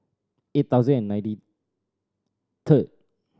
eight thousand and ninety third